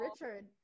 Richard